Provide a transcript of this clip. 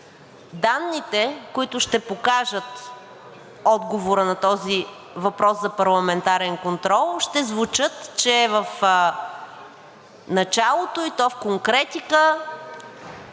данните, които ще покаже отговорът на този въпрос за парламентарен контрол, ще звучат, че в началото, и то в конкретика,